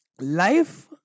life